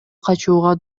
качууга